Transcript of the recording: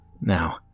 Now